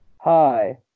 Hi